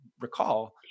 recall